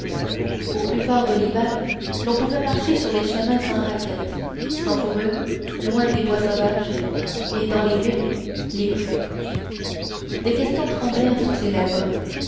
au plus fort de l'hiver l'on pouvait marcher sur les chemins sans raquettes sans fourrures loin des bois sauvages et dans les villes les rues des questions tremblèrent sur ses lèvres